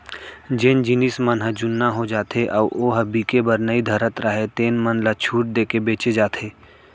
जेन जिनस मन ह जुन्ना हो जाथे अउ ओ ह बिके बर नइ धरत राहय तेन मन ल छूट देके बेचे जाथे